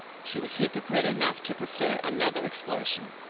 she was hypocrite enough to prefer another explosion.